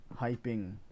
hyping